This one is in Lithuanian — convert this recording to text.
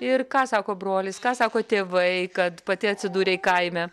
ir ką sako brolis ką sako tėvai kad pati atsidūrei kaime